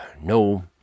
No